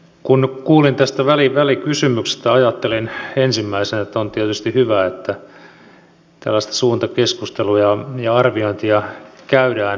kun kuulin tästä välikysymyksestä ajattelin ensimmäisenä että on tietysti hyvä että tällaista suuntakeskustelua ja arviointia käydään